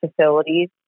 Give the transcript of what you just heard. facilities